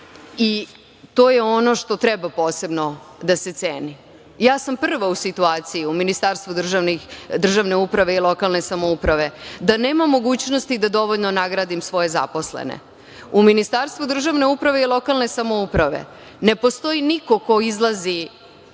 To jeste ono što treba posebno da se ceni. Ja sam prva u situaciji u Ministarstvu državne uprave i lokalne samouprave da nemam mogućnosti da dovoljno nagradim svoje zaposlene.U Ministarstvu državne uprave i lokalne samouprave ne postoji niko ko izlazi